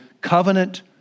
covenant